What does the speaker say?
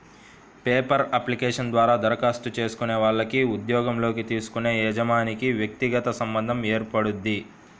paper application ద్వారా దరఖాస్తు చేసుకునే వాళ్లకి ఉద్యోగంలోకి తీసుకునే యజమానికి వ్యక్తిగత సంబంధం ఏర్పడుద్ది